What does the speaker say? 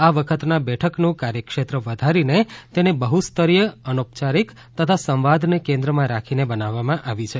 આ વખતના બેઠકનું કાર્યક્ષેત્ર વધારીને તેને બહુસ્તરીય અનૌપચારીક તથા સંવાદને કેન્દ્રમાં રાખતી બનાવવામાં આવી છે